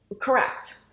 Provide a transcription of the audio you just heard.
correct